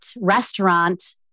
restaurant